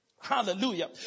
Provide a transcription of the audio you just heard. Hallelujah